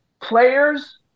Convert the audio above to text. Players